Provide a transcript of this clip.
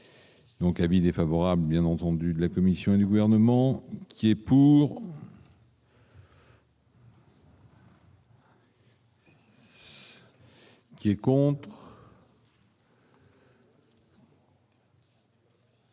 donc avis défavorable, bien entendu, de la Commission et du gouvernement qui est pour. Qui est content.